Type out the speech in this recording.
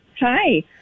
hi